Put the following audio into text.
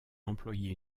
employé